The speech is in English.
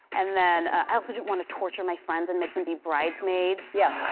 and then i also didn't want to torture my friends and make them be bridesmaids. yeah.